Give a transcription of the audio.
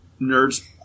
nerds